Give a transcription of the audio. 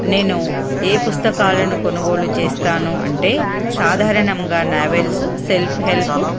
నేను ఏ పుస్తకాలను కొనుగోలు చేస్తాను అంటే సాధారణంగా నావెల్సు సెల్ఫ్ హెల్ప్